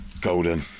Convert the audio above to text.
Golden